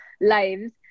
lives